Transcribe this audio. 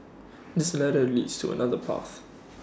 this ladder leads to another path